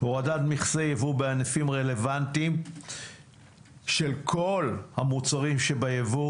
והורדת מכסי יבוא בענפים רלוונטיים של כל המוצרים שביבוא